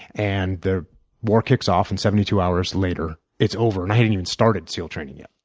and the war kicks off and seventy two hours later it's over, and i hadn't even started seal training yet.